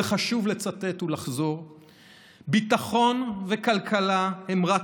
וחשוב לצטט ולחזור: "ביטחון וכלכלה הם רק